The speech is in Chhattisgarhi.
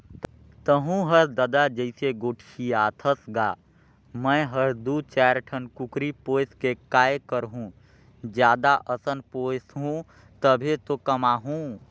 तहूँ हर ददा जइसे गोठियाथस गा मैं हर दू चायर ठन कुकरी पोयस के काय करहूँ जादा असन पोयसहूं तभे तो कमाहूं